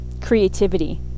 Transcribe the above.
creativity